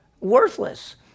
Worthless